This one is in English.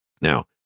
Now